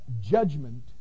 judgment